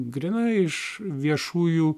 grynai iš viešųjų